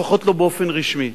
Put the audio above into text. לפחות לא באופן רשמי,